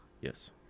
Yes